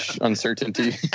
uncertainty